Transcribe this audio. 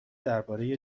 درباره